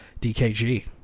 DKG